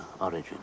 origin